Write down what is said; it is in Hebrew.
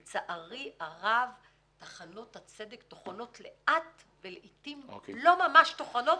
לצערי הרב תחנות הצדק טוחנות לאט ולעיתים לא ממש טוחנות